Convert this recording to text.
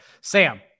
Sam